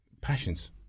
passions